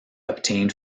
obtained